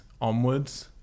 onwards